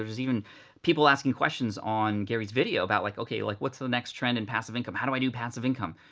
there's even people asking questions on gary's video about like okay, like what's the next trend in passive income? how do i do passive income?